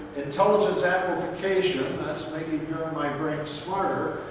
intelligence amplification, that's making your and my brain smarter.